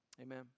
Amen